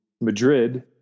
Madrid